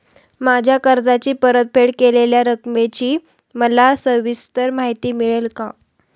माझ्या कर्जाची परतफेड केलेल्या रकमेची मला सविस्तर माहिती मिळेल का?